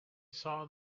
saw